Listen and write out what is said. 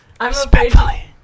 Respectfully